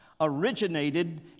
originated